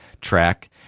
track